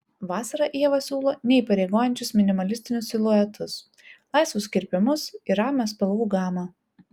vasarą ieva siūlo neįpareigojančius minimalistinius siluetus laisvus kirpimus ir ramią spalvų gamą